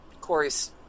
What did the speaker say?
Corey's